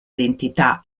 identità